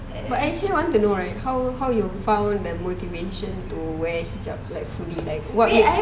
but I actually want to know right how how you found the motivation to wear hijab like fully like what makes you